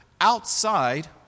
outside